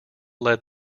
led